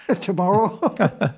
tomorrow